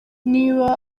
niba